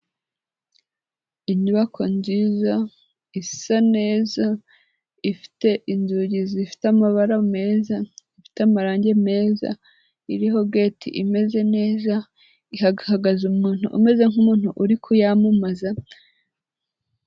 Inyubako nziza isa neza, ifite inzugi zifite amabara meza, ifite amarangi meza, iriho geti imeze neza, iragaragaza umuntu umeze nk'umuntu uri kuyamamaza.